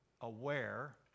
aware